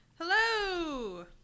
Hello